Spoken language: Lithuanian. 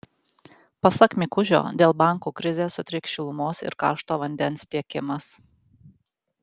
pasak mikužio dėl bankų krizės sutriks šilumos ir karšto vandens tiekimas